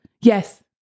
Yes